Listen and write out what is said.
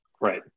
Right